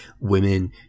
women